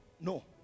no